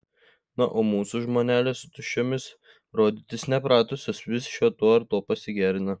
na o mūsų žmonelės su tuščiomis rodytis nepratusios vis šiuo ar tuo pasigerina